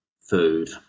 food